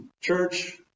church